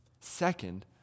Second